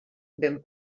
ben